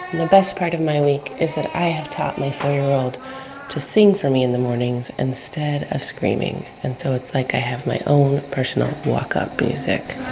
the best part of my week is that i have taught my four year old to sing for me in the mornings instead of screaming. and so it's like i have my own personal walk-up music